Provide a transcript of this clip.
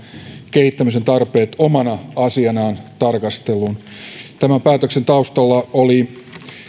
kehittämisen tarpeet omana asianaan tarkasteluun tämän päätöksen taustalla oli